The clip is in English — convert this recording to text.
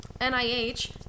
NIH